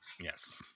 yes